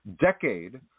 decade